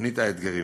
תוכנית האתגרים,